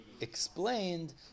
explained